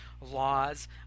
laws